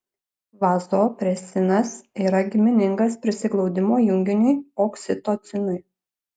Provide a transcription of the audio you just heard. vazopresinas yra giminingas prisiglaudimo junginiui oksitocinui